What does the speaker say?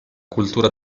cultura